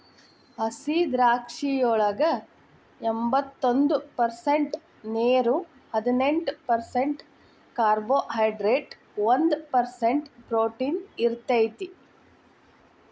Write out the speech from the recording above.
ಹಸಿದ್ರಾಕ್ಷಿಯೊಳಗ ಎಂಬತ್ತೊಂದ ಪರ್ಸೆಂಟ್ ನೇರು, ಹದಿನೆಂಟ್ ಪರ್ಸೆಂಟ್ ಕಾರ್ಬೋಹೈಡ್ರೇಟ್ ಒಂದ್ ಪರ್ಸೆಂಟ್ ಪ್ರೊಟೇನ್ ಇರತೇತಿ